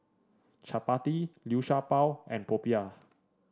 chappati Liu Sha Bao and popiah